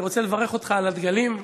אני רוצה לברך אותך על הדגלים.